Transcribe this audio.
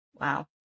Wow